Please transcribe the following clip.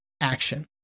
action